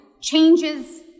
changes